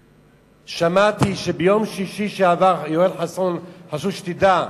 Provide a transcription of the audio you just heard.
שמעתי שביום שישי שעבר, יואל חסון, חשוב שתדע,